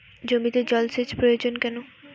জমিতে জল সেচ প্রয়োজন কেন?